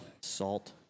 Salt